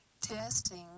testing